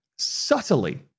subtly